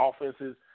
offenses